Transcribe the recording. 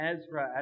Ezra